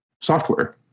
software